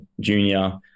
junior